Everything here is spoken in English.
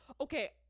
Okay